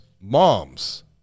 moms